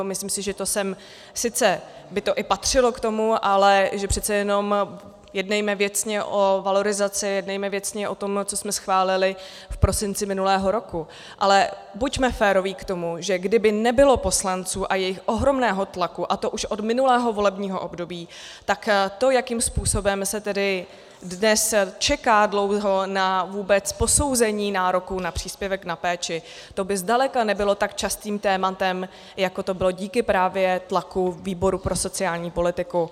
Myslím si, že by to sem sice i patřilo k tomu, ale že přece jenom jednejme věcně o valorizaci, jednejme věcně o tom, co jsme schválili v prosinci minulého roku, ale buďme féroví k tomu, že kdyby nebylo poslanců a jejich ohromného tlaku, a to už od minulého volebního období, tak to, jakým způsobem se tedy dnes čeká dlouho na vůbec posouzení nároku na příspěvek na péči, to by zdaleka nebylo tak častým tématem, jako to bylo díky právě tlaku výboru pro sociální politiku.